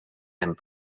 and